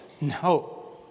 No